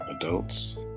adults